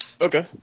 Okay